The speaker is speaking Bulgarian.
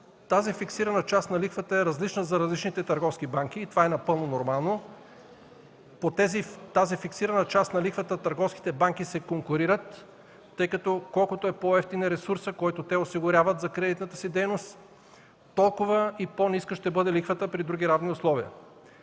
Тази фиксирана част на лихвата е различна за различните търговски банки – това е напълно нормално. По тази фиксирана част на лихвата търговските банки се конкурират, тъй като колкото по-евтин е ресурсът, който те осигуряват за кредитната си дейност, толкова по-ниска ще бъде лихвата при други равни условия.